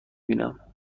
بینم